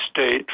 state